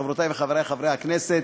חברותי וחברי חברי הכנסת,